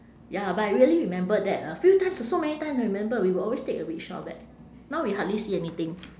ya but I really remember that a few times so so many times I remember we will always take a rickshaw back now we hardly see anything